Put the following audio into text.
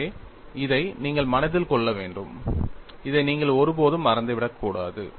எனவே இதை நீங்கள் மனதில் கொள்ள வேண்டும் இதை நீங்கள் ஒருபோதும் மறந்துவிடக்கூடாது